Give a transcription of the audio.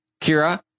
kira